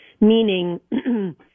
meaning